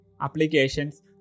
applications